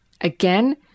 Again